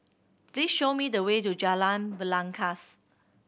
please show me the way to Jalan Belangkas